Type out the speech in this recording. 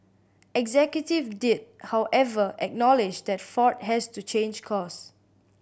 executive did however acknowledge that Ford has to change course